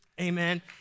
Amen